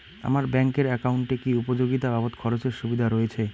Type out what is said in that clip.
আমার ব্যাংক এর একাউন্টে কি উপযোগিতা বাবদ খরচের সুবিধা রয়েছে?